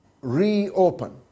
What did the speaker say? reopen